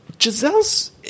Giselle's